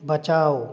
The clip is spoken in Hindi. बचाओ